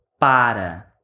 para